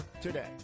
today